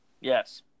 Yes